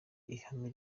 ihame